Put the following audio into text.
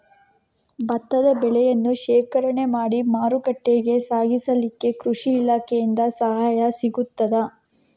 ಭತ್ತದ ಬೆಳೆಯನ್ನು ಶೇಖರಣೆ ಮಾಡಿ ಮಾರುಕಟ್ಟೆಗೆ ಸಾಗಿಸಲಿಕ್ಕೆ ಕೃಷಿ ಇಲಾಖೆಯಿಂದ ಸಹಾಯ ಸಿಗುತ್ತದಾ?